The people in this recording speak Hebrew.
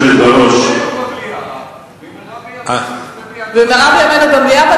במהרה בימינו במליאה,